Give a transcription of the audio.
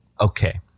Okay